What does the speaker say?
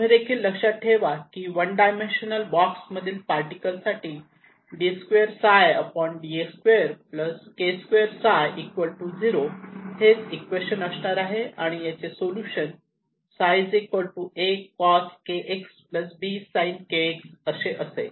तुम्हीदेखील लक्षात ठेवा की वन डायमेन्शनल बॉक्स मधील पार्टिकल साठी d2ψ dx2 k2 ψ 0 हेच इक्वेशन असणार आहे आणि याचे solution ψ A cos kx B sin kx असे असेल